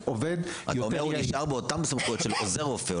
אתה אומר שהוא נשאר באותן סמכויות של עוזר רופא.